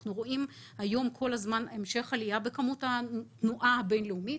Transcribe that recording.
אנחנו רואים היום כל הזמן את המשך העלייה בכמות התנועה הבין-לאומית.